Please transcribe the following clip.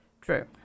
True